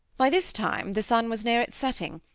by this time the sun was near its setting,